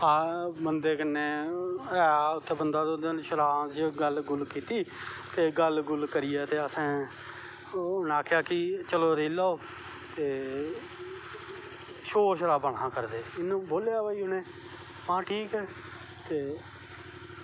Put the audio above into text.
तां बंदे कन्नै ऐहा बंदा उत्थें ते सरां च गल्ल गुल्ल कीती गल्ल गुल्ल करियै ते असैं उनैं आक्खोआ चलो रेही लैओ शोर शराबा नेंईं हे करदे उनैं बोलेआ महां ठीक ऐ ते